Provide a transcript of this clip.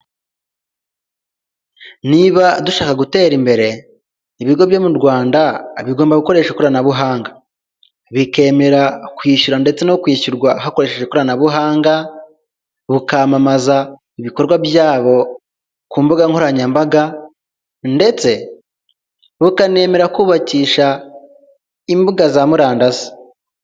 Niba dushaka gutera imbere ibigo byo mu Rwanda bigomba gukoresha ikoranabuhanga bikemera kwishyura ndetse no kwishyurwa hakoreshejwe ikoranabuhanga, bukamamaza ibikorwa byabo ku mbuga nkoranyambaga ndetse bukanemera kubakisha imbuga za murandasi.